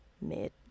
Mid